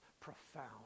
profound